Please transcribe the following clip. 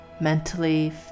mentally